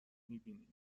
میبینید